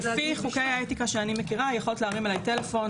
לפי חוקי האתיקה שאני מכירה יכולת להרים אליי טלפון,